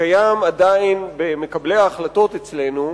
שקיים עדיין אצל מקבלי ההחלטות אצלנו,